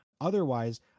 Otherwise